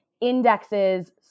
indexes